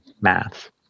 maths